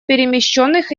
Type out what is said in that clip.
перемещенных